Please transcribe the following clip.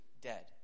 dead